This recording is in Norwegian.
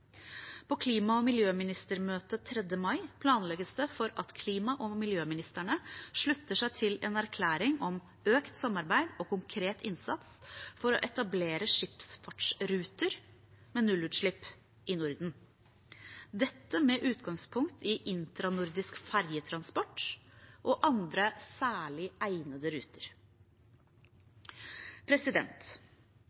På klima- og miljøministermøtet 3. mai planlegges det for at klima- og miljøministrene slutter seg til en erklæring om økt samarbeid og konkret innsats for å etablere skipsfartsruter med nullutslipp i Norden, med utgangspunkt i internordisk fergetransport og andre særlig egnede ruter.